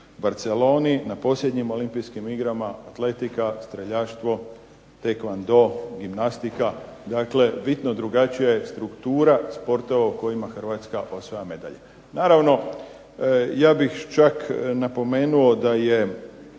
Barceloni, na posljednjim olimpijskim igrama atletika, streljaštvo, tae kwon do, gimnastika, dakle bitno drugačija je struktura sportova u kojima Hrvatska osvaja medalje. Naravno ja bih čak napomenuo da je